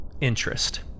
interest